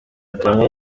gihamya